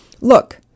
look